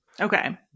okay